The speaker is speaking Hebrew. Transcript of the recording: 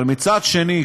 אבל מצד שני,